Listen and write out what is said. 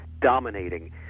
dominating